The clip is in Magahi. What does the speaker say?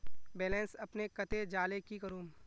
बैलेंस अपने कते जाले की करूम?